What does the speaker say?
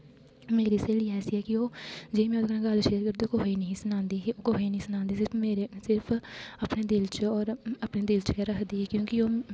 मेरी स्हेली जेह्ड़ी में ओह्दे कन्नै गल्ल शेयर करदी ही ओह् कुसै गी नेईं ही सनांदी कुसै गी नेईं सनांदी सिर्फ मेरे सिर्फ अपने दिल च होर अपने दिल रखदी ही क्योंकि ओह्